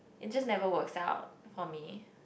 it just never works out for me